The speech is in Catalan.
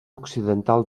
occidental